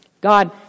God